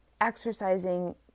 Exercising